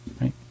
Right